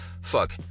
Fuck